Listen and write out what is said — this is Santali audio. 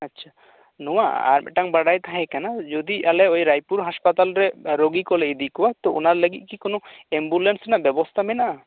ᱟᱪᱪᱷᱟ ᱱᱚᱶᱟ ᱟᱨ ᱢᱤᱫᱴᱟᱝ ᱵᱟᱰᱟᱭ ᱛᱟᱦᱮᱸ ᱠᱟᱱᱟ ᱡᱩᱫᱤ ᱟᱞᱮ ᱚᱭ ᱨᱟᱭᱯᱩᱨ ᱦᱟᱥᱯᱟᱛᱟᱞ ᱨᱮ ᱨᱩ ᱜᱤ ᱠᱚᱞᱮ ᱤᱫᱤ ᱠᱚᱣᱟ ᱛᱳ ᱚᱱᱟ ᱞᱟᱹᱜᱤᱫ ᱠᱤ ᱠᱳᱱᱳ ᱮᱢᱵᱩᱞᱮᱱᱥ ᱨᱮᱭᱟᱜ ᱵᱮᱵᱚᱥᱛᱟ ᱢᱮᱱᱟᱜᱼᱟ